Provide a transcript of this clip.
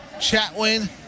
Chatwin